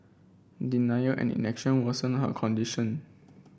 denial and inaction worsened her condition